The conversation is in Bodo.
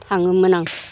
थाङोमोन आं